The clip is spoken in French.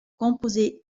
composer